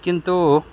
किन्तु